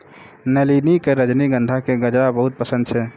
नलिनी कॅ रजनीगंधा के गजरा बहुत पसंद छै